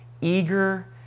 eager